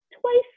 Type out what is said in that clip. twice